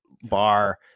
bar